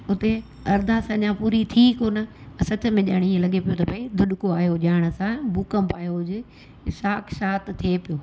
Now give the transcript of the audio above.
हुते अरदास अञा पूरी थी कोन सच में ॼण इअं लॻे पियो त भई दुॾिको आहियो ॼाण असां भूकंप आहियो हुजे साक्षात थिए पियो